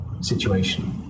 situation